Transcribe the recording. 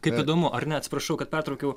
kaip įdomu ar ne atsiprašau kad pertraukiau